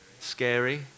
Scary